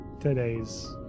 today's